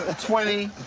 ah twenty,